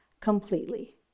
completely